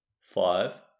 Five